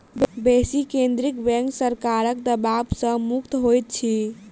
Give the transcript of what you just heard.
बेसी केंद्रीय बैंक सरकारक दबाव सॅ मुक्त होइत अछि